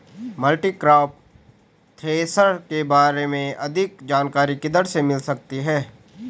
Multicrop thresher के बारे में अधिक जानकारी किधर से मिल सकती है?